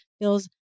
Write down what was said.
feels